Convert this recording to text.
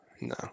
No